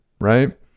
right